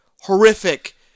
horrific